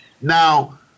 Now